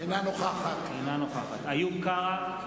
אינה נוכחת איוב קרא,